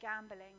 gambling